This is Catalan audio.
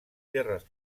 terres